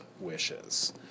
wishes